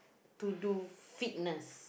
to do fitness